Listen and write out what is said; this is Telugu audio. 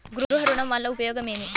గృహ ఋణం వల్ల ఉపయోగం ఏమి?